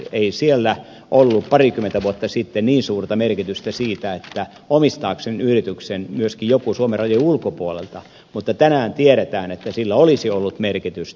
ei siellä ollut parikymmentä vuotta sitten niin suurta merkitystä sillä omistaako sen yrityksen myöskin joku suomen rajojen ulkopuolelta mutta tänään tiedetään että sillä olisi ollut merkitystä